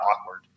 awkward